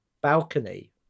balcony